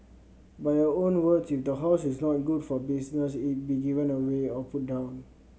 by your own words if the horse is not good for business it be given away or put down